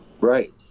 Right